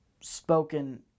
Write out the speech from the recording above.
spoken